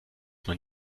man